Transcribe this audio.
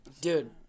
Dude